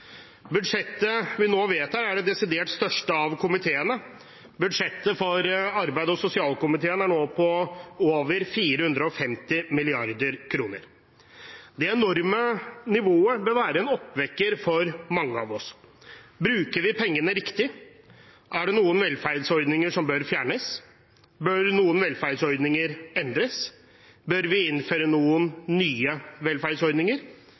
Budsjettet vi nå vedtar, er det desidert største av budsjettene til komiteene. Budsjettet for arbeids- og sosialkomiteen er nå på over 450 mrd. kr. Det enorme nivået bør være en oppvekker for mange av oss. Bruker vi pengene riktig? Er det noen velferdsordninger som bør fjernes? Bør noen velferdsordninger endres? Bør vi innføre noen nye velferdsordninger?